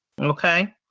Okay